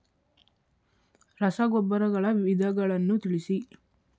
ರಸಗೊಬ್ಬರಗಳ ವಿಧಗಳನ್ನು ತಿಳಿಸಿ?